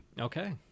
Okay